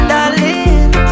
Darling